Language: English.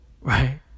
Right